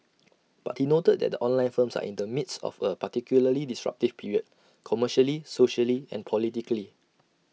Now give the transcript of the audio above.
but he noted that the online firms are in the midst of A particularly disruptive period commercially socially and politically